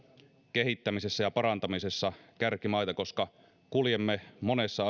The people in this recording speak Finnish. kehittämisessä ja parantamisessa kärkimaita koska kuljemme monessa